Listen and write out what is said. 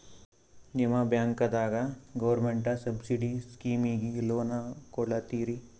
ನಿಮ ಬ್ಯಾಂಕದಾಗ government subsidy ಸ್ಕೀಮಿಗಿ ಲೊನ ಕೊಡ್ಲತ್ತೀರಿ?